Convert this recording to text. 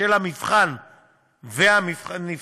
של המבחן והנבחן,